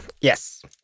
Yes